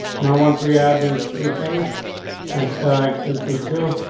no. once we have these three things hashtag two to two.